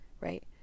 right